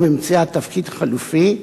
או במציאת תפקיד חלופי,